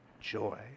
joy